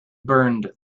burned